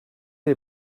est